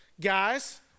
guys